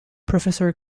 professor